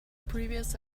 previous